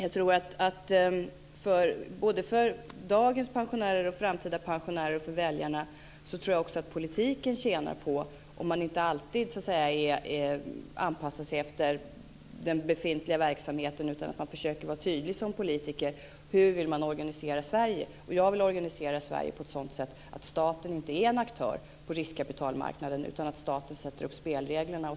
När det gäller dagens pensionärer, framtida pensionärer och väljarna tror jag att politiken tjänar på att man inte alltid anpassar sig efter den befintliga verksamheten utan att man försöker vara tydlig som politiker om hur man vill organisera Sverige. Jag vill organisera Sverige på ett sådant sätt att staten inte är en aktör på riskkapitalmarknaden utan att staten sätter upp spelreglerna.